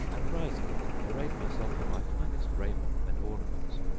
and rising arrayed myself in my finest raiment and ornaments,